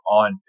on